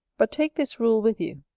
but take this rule with you,